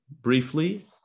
briefly